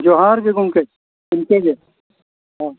ᱡᱚᱦᱟᱨ ᱜᱮ ᱜᱚᱢᱠᱮ ᱤᱱᱠᱟᱹ ᱜᱮ ᱦᱮᱸ